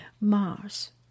Mars